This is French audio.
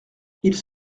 ils